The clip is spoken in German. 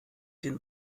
den